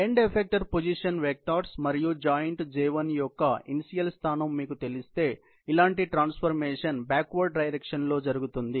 end effector position vectors మరియు joint యొక్క initial స్థానం మీకు తెలిస్తే ఇలాంటి ట్రాన్స్ఫర్మేషన్ బ్యాక్వార్డ్ డైరెక్షన్ లో జరుగుతుంది